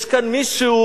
יש כאן מישהו